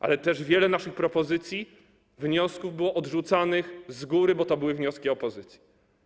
Ale też wiele naszych propozycji wniosków było odrzucanych z góry, bo to były wnioski opozycji.